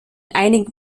einigen